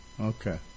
okay